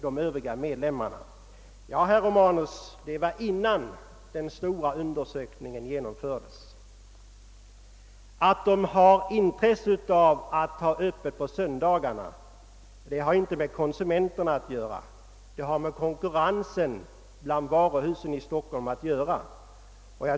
Ja, herr Romanus, äet var innan den stora undersökningen genomfördes. Alt köpmännen i Stockholm har intresse av att ha öppet på söndagarna har inte med konsumentlerna att göra, det har med konkurrensen mellan varuhusen i Stockholm att göra.